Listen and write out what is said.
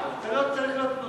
אבל זאת היתה פשרה שאני,